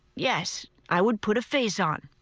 yes, i would put a face on.